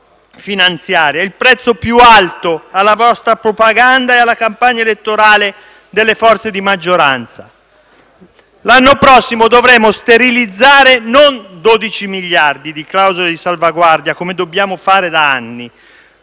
di questa finanziaria, il prezzo più alto alla vostra propaganda e alla campagna elettorale delle forze di maggioranza. L'anno prossimo dovremo sterilizzare non 12 miliardi di clausole di salvaguardia, come dobbiamo fare da anni,